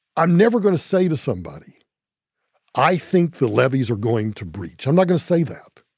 i'm never going to say to somebody i think the levees are going to breach. i'm not going to say that.